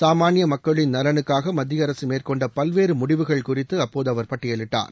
சாமானிய மக்களின் நலனுக்காக மத்திய அரசு மேற்கொண்ட பல்வேறு முடிவுகள் குறித்து அப்போது அவர் பட்டியிலிட்டார்